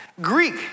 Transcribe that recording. Greek